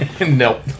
Nope